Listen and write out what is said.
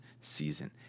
season